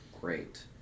Great